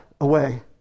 away